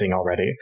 already